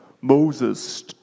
Moses